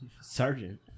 Sergeant